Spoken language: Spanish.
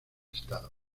estado